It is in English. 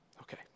okay